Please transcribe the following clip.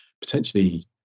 potentially